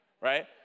right